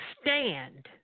Stand